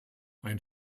ein